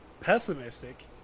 pessimistic